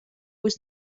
was